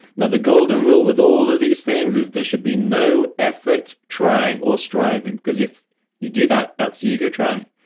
now, the golden rule with all of these things is there should be no effort, trying or striving because if you do that, that's the ego trying.